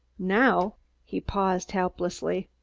now he paused helplessly.